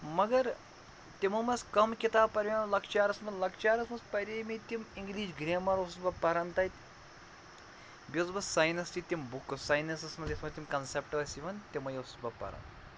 مگر تِمو منٛز کَم کِتاب لۄکچارَس منٛز لۄکچارَس منٛز پَرے مےٚ تِم اِنٛگلِش گرٮ۪مَر اوسُس بہٕ پَران تَتہِ بیٚیہِ اوسُس بہٕ ساینس تہِ تِم بُکہٕ ساینَس منٛز یتھ منٛز تِم کَنسٮ۪پٹ ٲسۍ یِوان تِمَے اوسُس بہٕ پَران